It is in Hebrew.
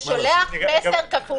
אתה שולח מסר כפול.